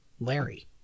Larry